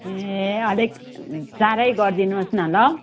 ए अलिक चाँडै गरिदिनुहोस् न ल